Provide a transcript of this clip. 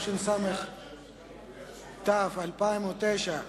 התשס"ט 2009,